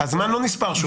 הזמן לא נספר שוב.